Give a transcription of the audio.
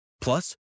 Plus